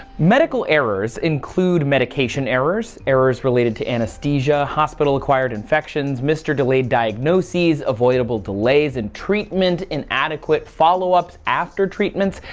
medical errors include medication errors, errors related to anesthesia, hospital acquired infections, missed or delayed diagnoses avoidable delays and treatment, inadequate follow ups after treatments,